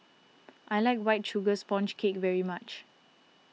I like White Sugar Sponge Cake very much